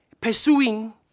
Pursuing